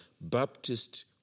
Baptist